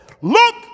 Look